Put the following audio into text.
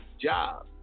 job